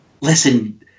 Listen